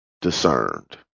discerned